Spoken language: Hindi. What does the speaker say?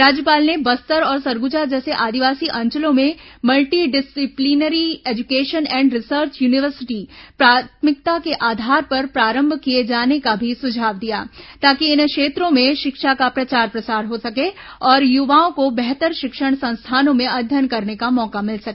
राज्यपाल ने बस्तर और सरगुजा जैसे आदिवासी अंचलों में multidisciplinary education and research university प्राथमिकता के आधार पर प्रारंभ किए जाने का भी सुझाव दिया ताकि इन क्षेत्रों में शिक्षा का प्रचार प्रसार हो सके और युवाओं को बेहतर शिक्षण संस्थाओं में अध्ययन करने का मौका मिल सके